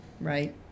right